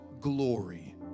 glory